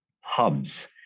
hubs